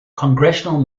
congressional